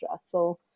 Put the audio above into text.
So-